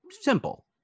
simple